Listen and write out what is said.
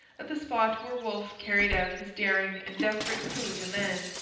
at the spot where wolfe carried out his daring and desperate coup de main.